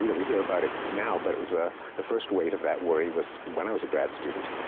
you know we hear about it now, but it was ah the first wave of that worry was when i was a grad student.